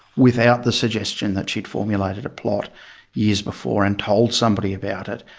without the suggestion that she'd formulated a plot years before and told somebody about it,